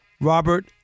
Robert